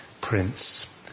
Prince